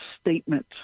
statement